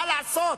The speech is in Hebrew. מה לעשות?